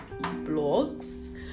blogs